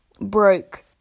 broke